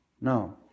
No